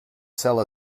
sell